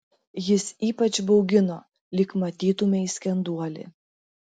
jis ypač baugino lyg matytumei skenduolį